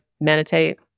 meditate